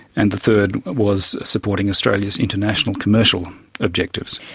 and the third was supporting australia's international commercial objectives.